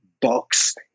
box